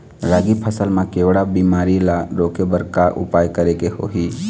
रागी फसल मा केवड़ा बीमारी ला रोके बर का उपाय करेक होही?